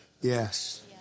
Yes